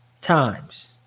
times